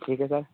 ठीक है सर